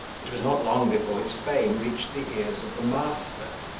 it was not long before his fame reached the ears of the master,